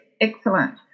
excellent